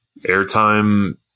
airtime